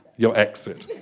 your exit